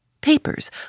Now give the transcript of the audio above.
Papers